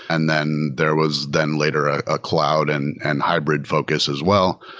and then there was then later a ah cloud and and hybrid focus as well,